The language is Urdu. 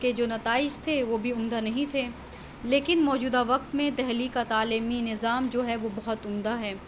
کے جو نتائج تھے وہ بھی عمدہ نہیں تھے لیکن موجودہ وقت میں دہلی کا تعلیمی نطام جو ہے وہ بہت عمدہ ہے